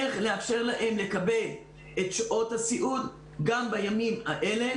בודקים איך לאפשר להם לקבל את שעות הסיעוד גם בימים האלה